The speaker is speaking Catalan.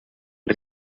els